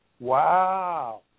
Wow